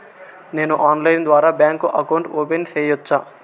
నేను ఆన్లైన్ ద్వారా bank account open సేయొచ్చా?